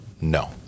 No